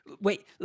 Wait